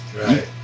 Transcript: right